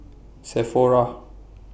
Sephora